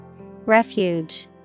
Refuge